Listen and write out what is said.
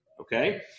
Okay